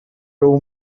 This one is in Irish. raibh